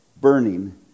burning